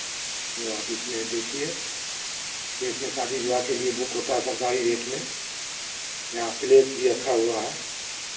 ये आप इसमें देखिए ये इसमें शादी विवाह के लिए बुक होता है सरकारी रेट में यहाँ प्लेस भी रखा हुआ है